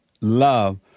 love